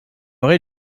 rez